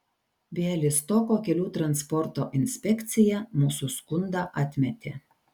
bialystoko kelių transporto inspekcija mūsų skundą atmetė